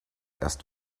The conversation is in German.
erst